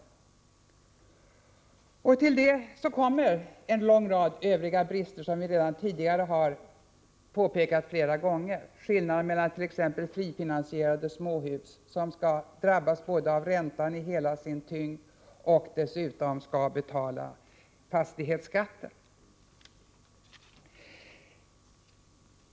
Till detta kommer en lång rad brister i övrigt, som vi redan tidigare har påpekat. Förslaget missgynnar t.ex. ägare till frifinansierade småhus, som drabbas av räntan fullt ut och som dessutom skall betala fastighetsskatten.